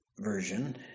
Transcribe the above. version